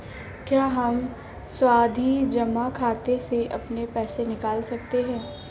क्या हम सावधि जमा खाते से अपना पैसा निकाल सकते हैं?